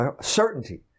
certainty